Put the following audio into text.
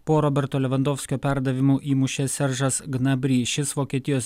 po roberto levandofskio perdavimo įmušė seržas gnabrišis vokietijos